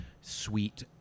sweet